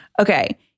Okay